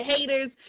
haters